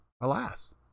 alas